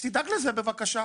אז תדאג לזה, בבקשה.